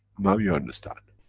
now you understand.